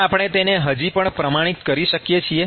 શું આપણે તેને હજી પણ પ્રમાણિત કરી શકીએ છીએ